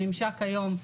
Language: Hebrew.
הממשק היום,